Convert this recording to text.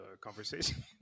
conversation